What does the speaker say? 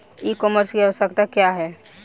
E commerce की आवशयक्ता क्या है?